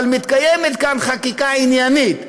אבל מתקיימת כאן חקיקה עניינית,